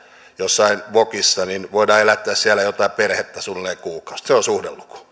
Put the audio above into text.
jossain vokissa voidaan elättää siellä jotain perhettä suunnilleen kuukausi se on suhdeluku